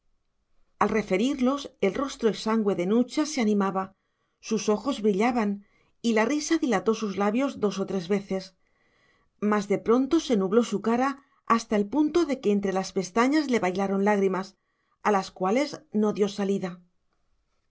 al referirlos el rostro exangüe de nucha se animaba sus ojos brillaban y la risa dilató sus labios dos o tres veces mas de pronto se nubló su cara hasta el punto de que entre las pestañas le bailaron lágrimas a las cuales no dio salida